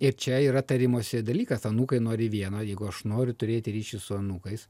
ir čia yra tarimosi dalykas anūkai nori vieno jeigu aš noriu turėti ryšį su anūkais